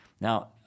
Now